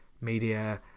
media